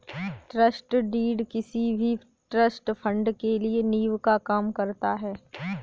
trust deed किसी भी trust fund के लिए नीव का काम करता है